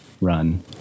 run